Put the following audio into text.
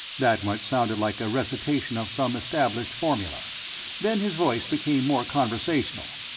that much sounded like a recitation of some established formula then his voice became more conversational.